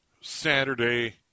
Saturday